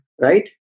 right